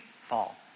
fall